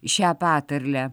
šią patarlę